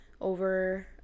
over